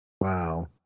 Wow